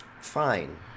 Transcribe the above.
Fine